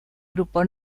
grupo